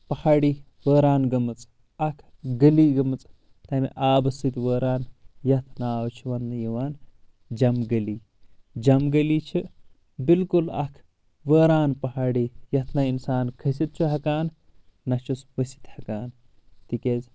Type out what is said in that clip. پہاڑی وٲران گٔمٕژ اکھ گلی گٔمٕژ تمہِ آبہٕ سۭتۍ وٲران یتھ ناو چھُ وننہٕ یوان جم گلی جم گلی چھِ بالکُل اکھ وٲران پہاڑی یتھ نہ انسان کھٕستھ چھُ ہیٚکان نہ چھُس ؤستھ ہیٚکان تِکیاز